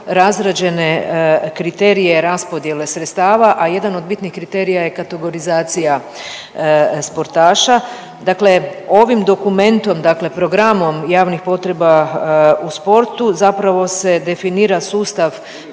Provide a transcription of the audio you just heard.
razrađene kriterije raspodjele sredstava, a jedan od bitnih kriterija je kategorizacija sportaša. Dakle, ovim dokumentom, dakle programom javnih potreba u sportu zapravo se definira sustav